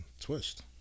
Twist